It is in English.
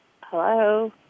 Hello